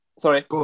Sorry